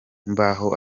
mbaho